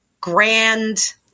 grand